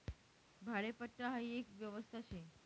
भाडेपट्टा हाई एक व्यवस्था शे